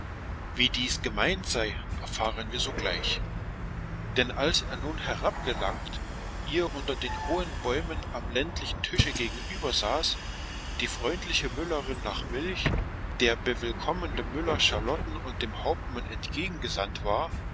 wie dies gemeint sei erfahren wir sogleich denn als er nun herabgelangt ihr unter den hohen bäumen am ländlichen tische gegenübersaß die freundliche müllerin nach milch der bewillkommende müller charlotten und dem hauptmann entgegen gesandt war